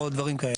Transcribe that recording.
ודברים כאלה.